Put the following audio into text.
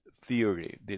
theory